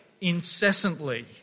incessantly